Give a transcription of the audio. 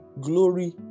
glory